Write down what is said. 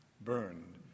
Burned